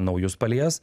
naujus palies